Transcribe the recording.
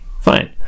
fine